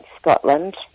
Scotland